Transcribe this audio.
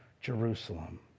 Jerusalem